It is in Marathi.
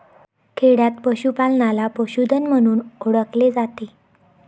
खेडयांत पशूपालनाला पशुधन म्हणून ओळखले जाते